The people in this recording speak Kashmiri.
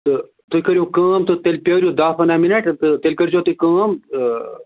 تہٕ تُہۍ کٔرِو کٲم تہٕ تیٚلہِ پیٛٲرِو دَہ پَنٛداہ مِنَٹ تہٕ تیٚلہِ کٔرۍزیو تُہۍ کٲم